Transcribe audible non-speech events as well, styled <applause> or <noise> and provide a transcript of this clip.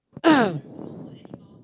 <noise>